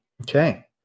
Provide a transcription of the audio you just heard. Okay